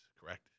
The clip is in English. correct